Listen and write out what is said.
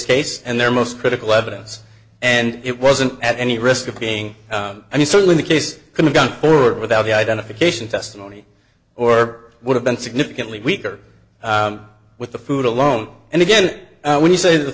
case and their most critical evidence and it wasn't at any risk of being i mean certainly the case could have gone forward without the identification testimony or would have been significantly weaker with the food alone and again when you say the